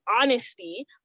honesty